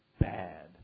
bad